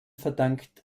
verdankt